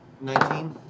Nineteen